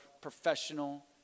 professional